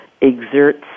exerts